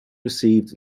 received